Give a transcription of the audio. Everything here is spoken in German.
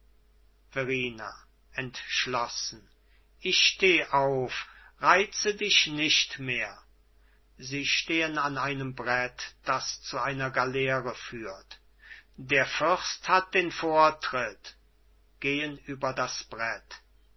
verrina entschlossen ich steh auf reize dich nicht mehr sie stehen an einem brett das zu einer galeere führt der fürst hat den vortritt gehen über das brett